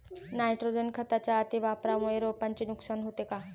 nitrogen खताच्या अतिवापरामुळे रोपांचे नुकसान होते